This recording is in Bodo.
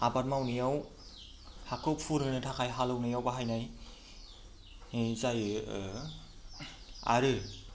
आबाद मावनायाव हाखौ फुरहोनो थाखाय हालेवनायाव बाहायनाय जायो आरो